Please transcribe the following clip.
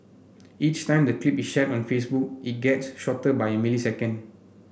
each time the clip is shared on Facebook it gets shorter by a millisecond